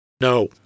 No